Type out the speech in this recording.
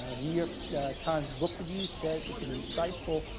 ah york times book review says it's an insightful,